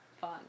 fun